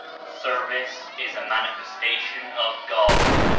service is a manifestation of god,